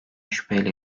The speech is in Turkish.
şüpheyle